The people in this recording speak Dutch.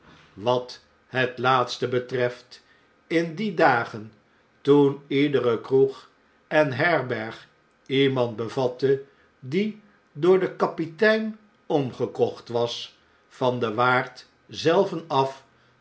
wat het laatste betreft in die dagen toen iedere kroeg en herberg iemand bevatte die door den kapitein omgekocht was van den waardzelven af